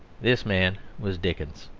this man was dickens.